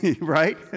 Right